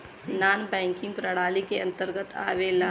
नानॅ banking प्रणाली के अंतर्गत आवेला